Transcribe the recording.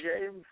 James